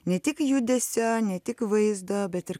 ne tik judesio ne tik vaizdo bet ir